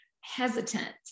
hesitant